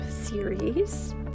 series